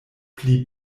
pli